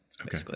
Okay